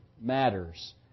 matters